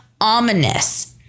ominous